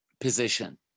position